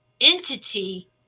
entity